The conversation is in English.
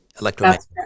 electromagnetic